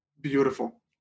Beautiful